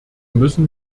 müssen